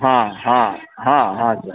हाँ हाँ हाँ हाँ सर